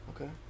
Okay